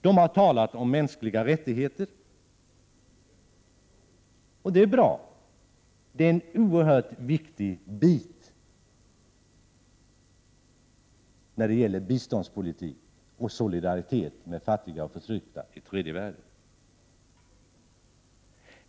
De har talat om mänskliga rättigheter, och det är bra. Det är en oerhört viktig bit när det gäller biståndspolitik och solidaritet med fattiga och förtryckta i tredje världen.